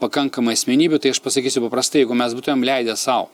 pakankamai asmenybių tai aš pasakysiu paprastai jeigu mes būtumėm leidę sau